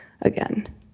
again